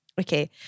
Okay